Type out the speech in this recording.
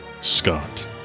Scott